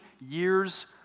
years